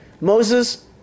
Moses